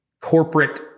corporate